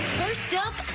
first up,